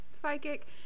psychic